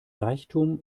reichtum